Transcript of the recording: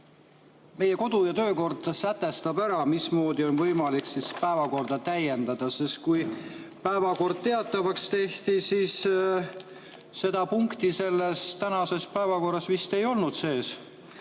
Meie kodu‑ ja töökord sätestab ära, mismoodi on võimalik päevakorda täiendada, sest kui päevakord teatavaks tehti, siis seda punkti vist seal sees ei olnud.